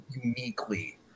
uniquely